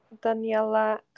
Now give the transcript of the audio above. Daniela